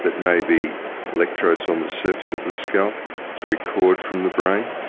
that may be electrodes on the surface of the scalp to record from the brain,